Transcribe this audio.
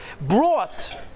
Brought